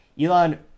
Elon